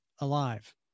alive